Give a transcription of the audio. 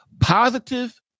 Positive